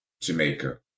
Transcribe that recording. Jamaica